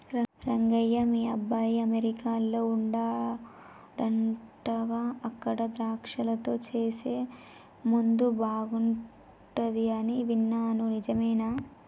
రంగయ్య మీ అబ్బాయి అమెరికాలో వుండాడంటగా అక్కడ ద్రాక్షలతో సేసే ముందు బాగుంటది అని విన్నాను నిజమేనా